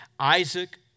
Isaac